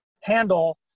handle